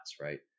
right